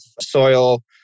soil